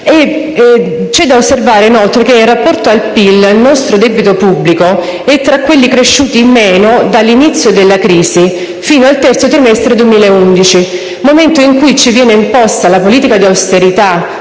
c'è da osservare che, in rapporto al PIL, il nostro debito pubblico è tra quelli cresciuti in misura minore dall'inizio della crisi fino al terzo trimestre 2011, momento in cui ci venne imposta la politica di austerità